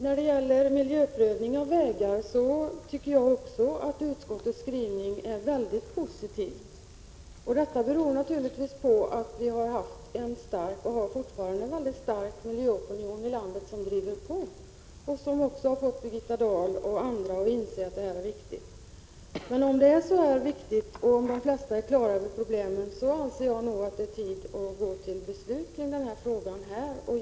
När det gäller miljöprövning av vägar tycker jag också att utskottets skrivning är mycket positiv. Detta beror naturligtvis på att vi har haft och fortfarande har en mycket stark miljöopinion i landet, som driver på och som också har fått Birgitta Dahl och andra att inse att dessa frågor är viktiga. Men om nu de flesta är på det klara med att det är viktigt och känner till problemen, anser jag att det är tid att gå till beslut i den här frågan.